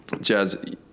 Jazz